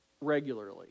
regularly